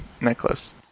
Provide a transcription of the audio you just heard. necklace